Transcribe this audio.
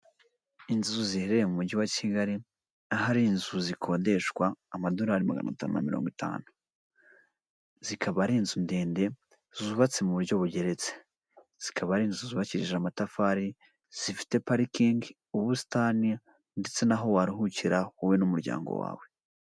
Inzu ziherereye mu mujyi wa kigali ahari inzu zikodeshwa amadorari magana atanu na mirongo itanu zikaba ari inzu ndende zubatse mu buryo bugeretse zikaba ari inzu zubakishijeje amatafari, zifite parikingi ubusitani ndetse n'aho waruhukira wowe n'umuryango wawe.